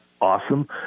awesome